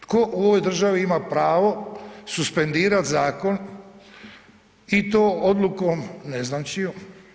Tko u ovoj državi ima pravo suspendirat zakon i to odlukom ne znam čijom?